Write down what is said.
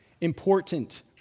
important